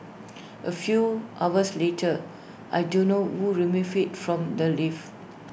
A few hours later I don't know who removed IT from the lift